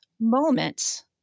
Moments